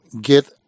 get